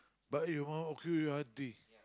but you hor okay reality